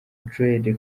dread